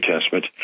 Testament